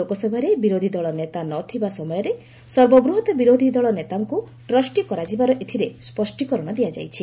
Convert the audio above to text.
ଲୋକସଭାରେ ବିରୋଧି ଦଳ ନେତା ନ ଥିବା ସମୟରେ ସର୍ବବୃହତ୍ ବିରୋଧ ଦଳ ନେତାଙ୍କୁ ଟ୍ରଷ୍ଟି କରାଯିବାର ଏଥିରେ ସ୍ୱଷ୍ଟୀକରଣ ଦିଆଯାଇଛି